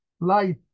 light